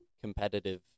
competitive